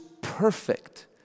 perfect